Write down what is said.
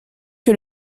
que